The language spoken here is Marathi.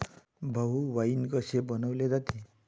भाऊ, वाइन कसे बनवले जाते?